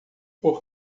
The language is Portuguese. por